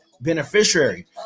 beneficiary